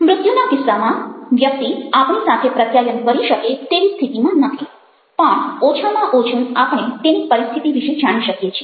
મૃત્યુના કિસ્સામાં વ્યક્તિ આપણી સાથે પ્રત્યાયન કરી શકે તેવી સ્થિતિમાં નથી પણ ઓછામાં ઓછું આપણે તેની પરિસ્થિતિ વિશે જાણી શકીએ છીએ